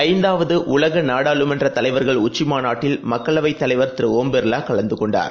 ஐந்தாவதுஉலகநாடாளுமன்றதலைவர்கள் உச்சிமாநாட்டில் மக்களவைத் தலைவர் திருஷம் பிர்லாகலந்தகொண்டார்